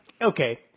Okay